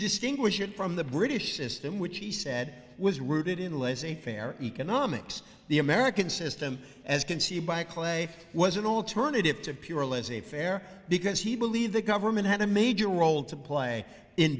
distinguish it from the british system which he said was rooted in laissez faire economics the american system as conceived by clay was an alternative to pure laissez faire because he believed the government had a major role to play in